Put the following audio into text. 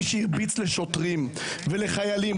מי שהרביץ לשוטרים ולחיילים,